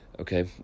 okay